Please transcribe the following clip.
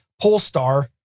Polestar